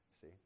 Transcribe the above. see